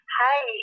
Hi